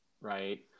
right